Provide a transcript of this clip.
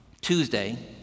Tuesday